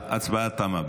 ההצבעה תמה.